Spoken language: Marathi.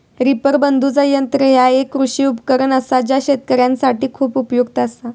रीपर बांधुचा यंत्र ह्या एक कृषी उपकरण असा जा शेतकऱ्यांसाठी खूप उपयुक्त असा